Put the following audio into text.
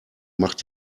macht